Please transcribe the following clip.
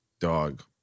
Dog